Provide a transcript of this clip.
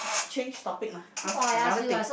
change topic lah ask another thing